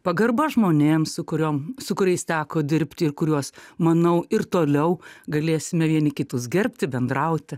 pagarba žmonėms su kuriom su kuriais teko dirbti ir kuriuos manau ir toliau galėsime vieni kitus gerbti bendrauti